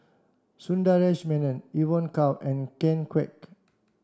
Sundaresh Menon Evon Kow and Ken Kwek